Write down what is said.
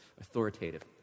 authoritative